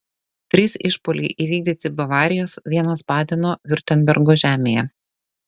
trys išpuoliai įvykdyti bavarijos vienas badeno viurtembergo žemėje